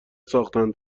ساخته